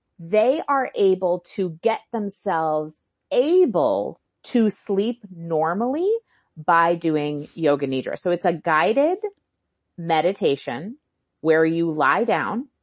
they are able to get themselves able to sleep normally by doing yoga nidra. so it's a guided meditation where you lie down,